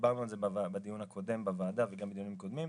ודיברנו על זה בדיון הקודם בוועדה וגם בדיונים קודמים,